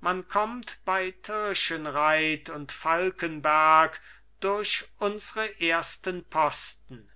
man kommt bei tirschenreit und falkenberg durch unsre ersten posten